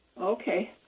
Okay